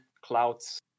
clouds